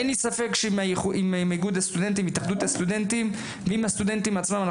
אין לי ספק שעם איגוד הסטודנטים והתאחדות הסטודנטים ועם הסטודנטים עצמם,